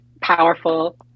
powerful